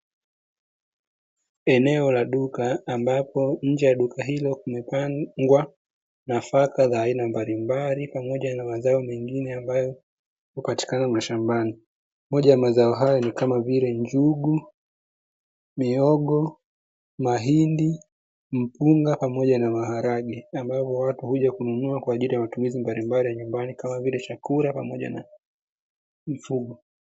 Eneo la duka ambapo nje ya duka ilo kumepangwa nafaka za aina mbalimbali pamoja na mazao mengine ambayo yapatikanayo mashambani kama vile njugu, mihogo, mahindi, mpunga pamoja na maharage ambayo watu uja kununua kwa matumizi mbalimbali ya nyumbani kama vile chakula pamoja na mifugo.